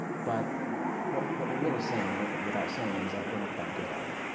but what what you're really saying, without saying it, is that we're not that good at it.